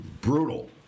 brutal